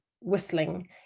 whistling